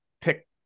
pick